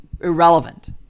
irrelevant